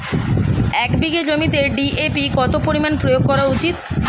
এক বিঘে জমিতে ডি.এ.পি কত পরিমাণ প্রয়োগ করা উচিৎ?